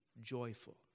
joyful